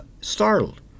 startled